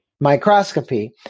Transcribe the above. Microscopy